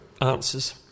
answers